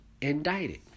indicted